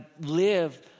live